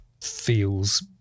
feels